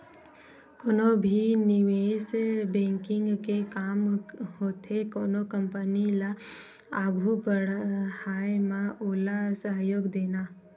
कोनो भी निवेस बेंकिग के काम होथे कोनो कंपनी ल आघू बड़हाय म ओला सहयोग देना